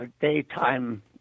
daytime